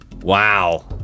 Wow